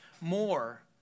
more